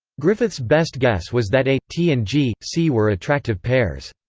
griffith's best guess was that a t and g c were attractive pairs.